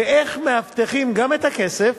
ואיך מבטיחים גם את הכסף